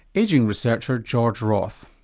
ageing researcher george roth.